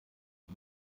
ich